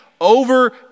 over